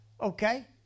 Okay